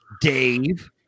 Dave